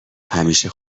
همیشه